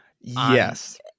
Yes